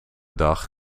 dag